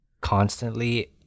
constantly